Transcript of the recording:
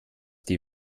die